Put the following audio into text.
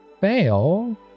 fail